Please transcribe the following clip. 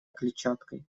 клетчаткой